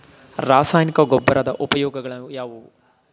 ರಾಸಾಯನಿಕ ಗೊಬ್ಬರದ ಉಪಯೋಗಗಳು ಯಾವುವು?